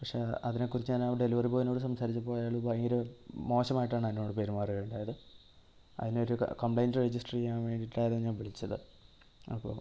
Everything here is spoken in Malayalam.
പക്ഷേ അതിനെക്കുറിച്ച് ഞാൻ ആ ഡെലിവറി ബോയ്നോട് സംസാരിച്ചപ്പോൾ അയാൾ ഭയങ്കര മോശമായിട്ടാണ് എന്നോട് പെരുമാറുകയുണ്ടായത് അതിനൊരു ക കംപ്ലൈൻറ്റ് രജിസ്റ്റർ ചെയ്യാൻ വേണ്ടിയിട്ടാണ് ഞാൻ വിളിച്ചത് അപ്പോൾ